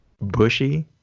bushy